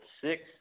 Six